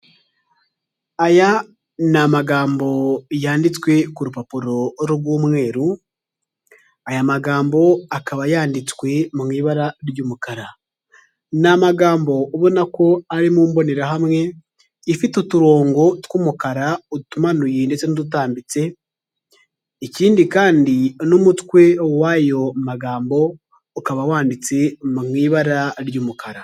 Aya ni amagambo yanditswe ku rupapuro rw'umweru, aya magambo akaba yanditswe mu ibara ry'umukara. Ni amagambo ubona ko ari mu mbonerahamwe ifite uturongo tw'umukara, utumanuye ndetse n'udutambitse, ikindi kandi n'umutwe w'ayo magambo ukaba wanditse mu ibara ry'umukara.